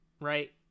right